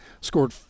scored